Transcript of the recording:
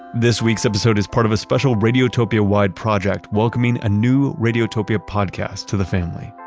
this week's episode is part of a special radiotopia-wide project welcoming a new radiotopia podcast to the family.